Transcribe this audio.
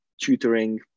tutoring